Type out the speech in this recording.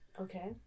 okay